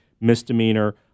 misdemeanor